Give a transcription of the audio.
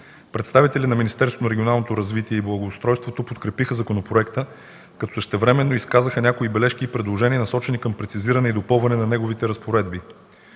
Представителите на Министерството на регионалното развитие и благоустройството подкрепиха законопроекта, като същевременно изказаха някои бележки и предложения, насочени към прецизиране и допълване на неговите разпоредби.